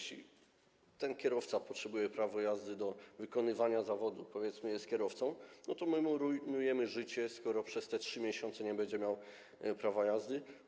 Jeśli ten kierowca potrzebuje prawa jazdy do wykonywania zawodu, powiedzmy, jest kierowcą, to rujnujemy mu życie, skoro przez te 3 miesiące nie będzie miał prawa jazdy.